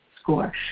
score